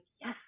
Yes